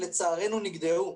שלצערנו נגדעו,